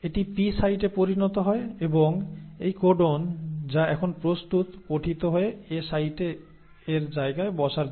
এটি পি সাইটে পরিণত হয় এবং এই কোডন যা এখন প্রস্তুত পঠিত হয়ে এ সাইটে এর জায়গায় বসার জন্য